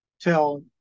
tell